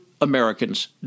Americans